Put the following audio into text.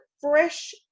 fresh